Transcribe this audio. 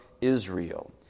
Israel